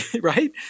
right